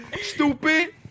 Stupid